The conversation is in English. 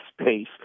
space